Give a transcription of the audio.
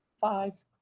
five